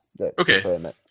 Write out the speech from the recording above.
Okay